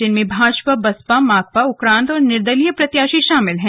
जिनमें भाजपा बसपा माकपा उक्रांद और निर्दलीय प्रत्याशी शामिल हैं